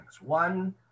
one